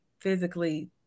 physically